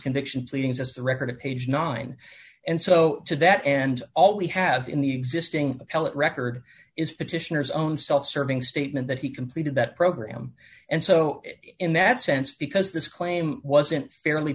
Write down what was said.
conviction pleadings as the record of page nine and so to that end all we have in the existing appellate record is petitioners own self serving statement that he completed that program and so in that sense because this claim wasn't fairly